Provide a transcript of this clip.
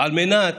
על מנת